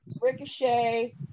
Ricochet